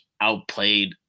outplayed